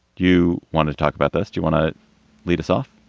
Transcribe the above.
you want to talk about this? do you want to lead us off?